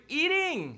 eating